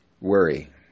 worry